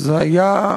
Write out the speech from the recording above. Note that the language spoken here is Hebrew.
זה היה,